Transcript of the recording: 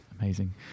Amazing